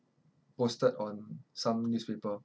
posted on some newspaper